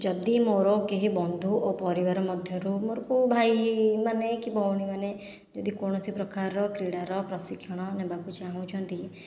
ଯଦି ମୋର କେହି ବନ୍ଧୁ ଓ ପରିବାର ମଧ୍ୟରୁ ମୋର କେଉଁ ଭାଇମାନେ କି ଭଉଣୀମାନେ ଯଦି କୌଣସି ପ୍ରକାରର କ୍ରୀଡ଼ାର ପ୍ରଶିକ୍ଷଣ ନେବାକୁ ଚାହୁଁଛନ୍ତି